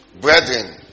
brethren